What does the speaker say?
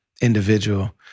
individual